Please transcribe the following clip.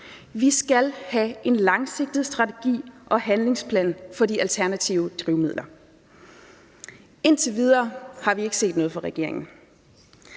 Vi skal have en langsigtet strategi og handlingsplan for de alternative drivmidler. Indtil videre har vi ikke set noget fra regeringens